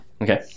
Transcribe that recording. Okay